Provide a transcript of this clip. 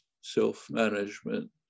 self-management